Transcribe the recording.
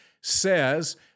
says